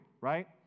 right